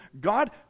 God